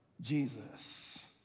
Jesus